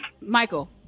Michael